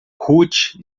ruth